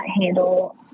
handle